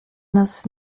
nas